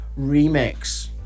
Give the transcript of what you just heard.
remix